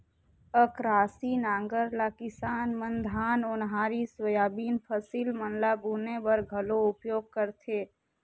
अकरासी नांगर ल किसान मन धान, ओन्हारी, सोयाबीन फसिल मन ल बुने बर घलो उपियोग करथे